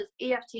EFT